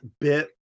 bit